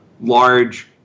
large